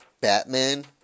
Batman